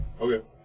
Okay